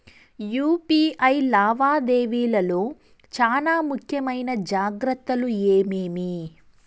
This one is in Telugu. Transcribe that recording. యు.పి.ఐ లావాదేవీల లో చానా ముఖ్యమైన జాగ్రత్తలు ఏమేమి?